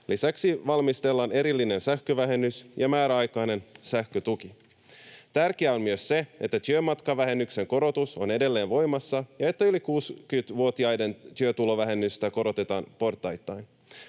Lisäksi valmistellaan erillinen sähkövähennys ja määräaikainen sähkötuki. Tärkeää on myös se, että työmatkavähennyksen korotus on edelleen voimassa ja että yli 60-vuotiaiden työtulovähennystä korotetaan portaittain.